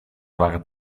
waren